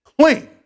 clean